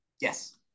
Yes